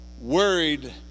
worried